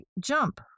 jump